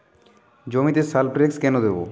জমিতে সালফেক্স কেন দেবো?